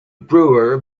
brewer